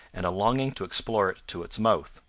and a longing to explore it to its mouth.